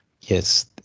yes